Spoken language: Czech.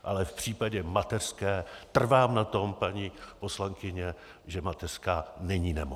Ale v případě mateřské trvám na tom, paní poslankyně, že mateřská není nemoc.